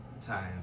time